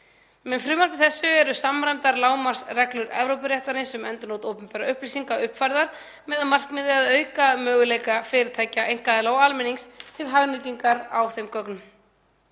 Með frumvarpi þessu eru samræmdar lágmarksreglur Evrópuréttarins um endurnot opinberra upplýsinga uppfærðar með það að markmiði að auka möguleika fyrirtækja, einkaaðila og almennings til hagnýtingar á þeim gögnum.